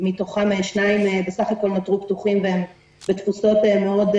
מתוכם שניים בסך הכול נותרו פתוחים והם בתפוסות נמוכות מאוד,